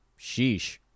Sheesh